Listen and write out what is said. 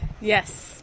yes